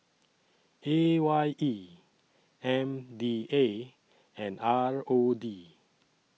A Y E M D A and R O D